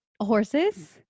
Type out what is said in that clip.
horses